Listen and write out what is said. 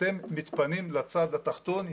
אתם מתפנים לצד התחתון,